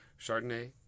Chardonnay